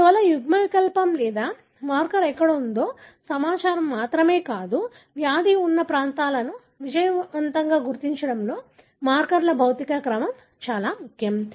అందువల్ల ఈ యుగ్మవికల్పం లేదా మార్కర్ ఎక్కడ ఉందో సమాచారం మాత్రమే కాదు వ్యాధి ఉన్న ప్రాంతాలను విజయవంతంగా గుర్తించడంలో మార్కర్ల భౌతిక క్రమం చాలా ముఖ్యం